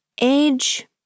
Age